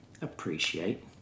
appreciate